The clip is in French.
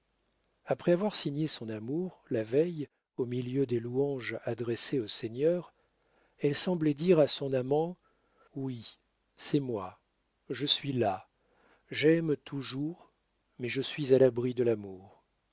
après avoir signé son amour la veille au milieu des louanges adressées au seigneur elle semblait dire à son amant oui c'est moi je suis là j'aime toujours mais je suis à l'abri de l'amour